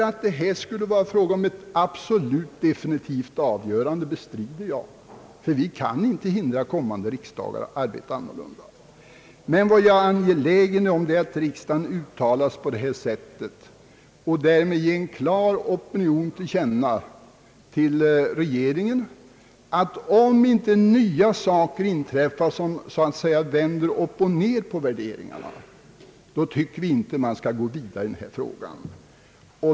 Att det nu skulle vara fråga om ett absolut definitivt avgörande bestrider jag, ty vi kan inte hindra kommande riksdagar att besluta annorlunda. Vad jag är angelägen om är att riksdagen ger en klar opinion till känna och för regeringen uttalar att vi, om inte nya saker inträffar som så att säga vänder upp och ned på värderingarna, inte tycker att man skall gå vidare i denna fråga.